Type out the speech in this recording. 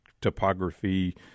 topography